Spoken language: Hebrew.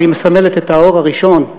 מסמלת את האור הראשון,